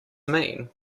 mean